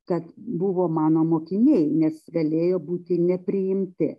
kad buvo mano mokiniai nes galėjo būti nepriimti